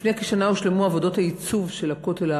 לפני כשנה הושלמו עבודות הייצוב של הכותל,